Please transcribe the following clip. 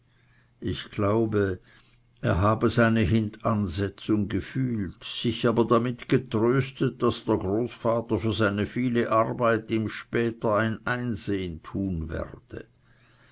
ich glaube er habe seine hintansetzung gefühlt sich aber damit getröstet daß der großvater für seine viele arbeit ihm später ein einsehen tun werde